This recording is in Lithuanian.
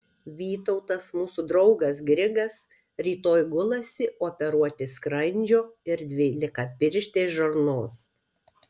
vytautas mūsų draugas grigas rytoj gulasi operuoti skrandžio ir dvylikapirštės žarnos